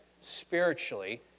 spiritually